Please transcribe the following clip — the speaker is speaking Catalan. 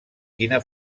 quina